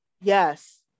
yes